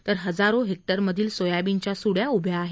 तर हजारो हेक्टर मधील सोयाबीनच्या सुड्या उभ्या आहेत